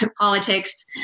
politics